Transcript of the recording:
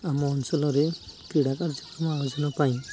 ଆମ ଅଞ୍ଚଳରେ କ୍ରୀଡ଼ା କାର୍ଯ୍ୟକ୍ରମ ଆୟୋଜନ ପାଇଁ